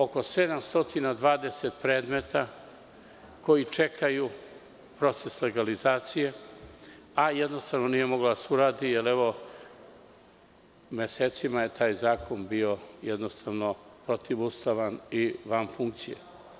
Oko 720 predmeta koji čekaju proces legalizacije, a jednostavno nije moglo da se uradi, jer mesecima je taj zakon bio protivustavan i van funkcije.